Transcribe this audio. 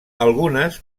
algunes